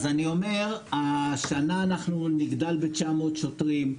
אז אני אומר, השנה אנחנו נגדל ב-900 שוטרים.